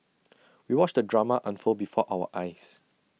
we watched the drama unfold before our eyes